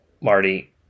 Marty